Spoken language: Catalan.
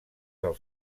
del